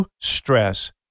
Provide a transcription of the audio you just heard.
stress